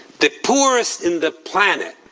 the poorest in the planet